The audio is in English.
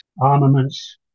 armaments